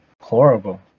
horrible